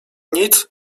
nic